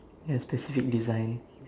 ya specific design